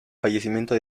fallecimiento